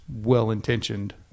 well-intentioned